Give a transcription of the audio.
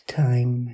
time